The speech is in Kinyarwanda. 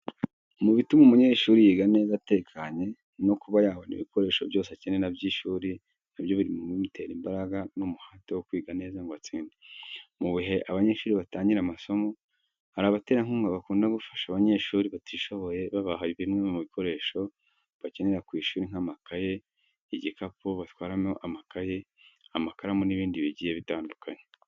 Mu bituma umunyeshuri yiga neza atekanye no kuba yabonye ibikoresho byose akeneye by'ishuri na byo biri mu bimutera imbaraga n'umuhate wo kwiga neza ngo atsinde. Mu bihe abanyeshuri batangira amasomo hari abaterankunga bakunda gufasha abanyeshuri batishoboye babaha bimwe mu bikoresho bakenera ku ishuri nk'amakaye, ibikapu batwaramo amakaye , amakaramu n'ibindi bigiye bitandukanye.